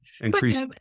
increase